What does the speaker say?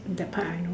that part I know